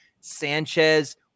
Sanchez